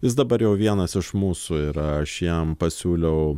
jis dabar jau vienas iš mūsų yra aš jam pasiūliau